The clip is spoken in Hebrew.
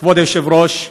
כבוד היושב-ראש,